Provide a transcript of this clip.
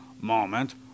moment